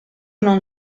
non